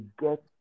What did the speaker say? get